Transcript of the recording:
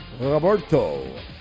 Roberto